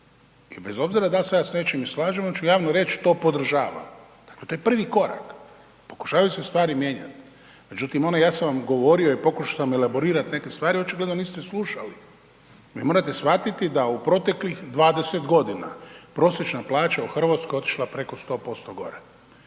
I bez obzira da li se ja s nečim ne slažem, ali ću javno reći, to podržavam. To je prvi korak. Pokušavaju se stvari mijenjati. Međutim, ono ja sam vam govorio i pokušao sam elaborirati neke stvari, očigledno niste slušali. Vi morate shvatiti da u proteklih 20 godina prosječna plaća u Hrvatskoj otišla preko 100% gore,